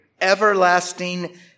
everlasting